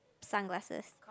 sunglasses